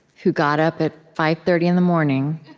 who got up at five thirty in the morning,